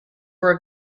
were